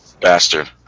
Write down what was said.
bastard